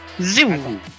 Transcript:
Zoom